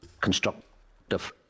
constructive